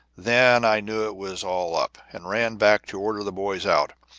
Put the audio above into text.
then i knew it was all up, and ran back to order the boys out.